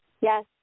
yes